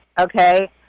Okay